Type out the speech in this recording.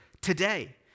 today